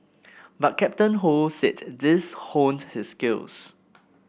but Captain Ho said these honed his skills